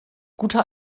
guter